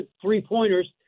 three-pointers